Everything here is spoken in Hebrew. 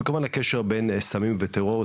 וכמובן הקשר בין סמים וטרור,